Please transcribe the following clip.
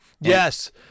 Yes